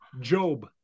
Job